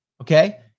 Okay